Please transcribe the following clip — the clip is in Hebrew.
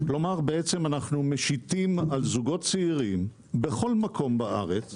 אנחנו משיתים על זוגות צעירים בכל מקום בארץ,